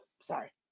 sorry